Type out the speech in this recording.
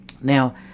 Now